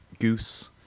goose